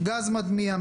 גז מדמיע,